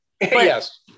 Yes